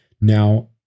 Now